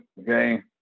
Okay